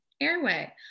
airway